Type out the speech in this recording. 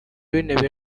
w’intebe